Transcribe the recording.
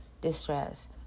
distress